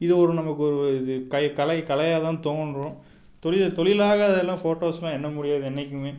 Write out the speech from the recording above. இது ஒரு நமக்கு ஒரு இது கை கலை கலையாகதான் தோன்றும் தொழிலை தொழிலாக அதெலாம் ஃபோட்டோஸெலாம் எண்ண முடியாது என்றைக்குமே